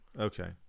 okay